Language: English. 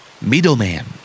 Middleman